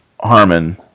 Harmon